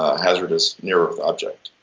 hazardous near earth object?